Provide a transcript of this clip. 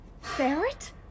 Ferret